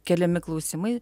keliami klausimai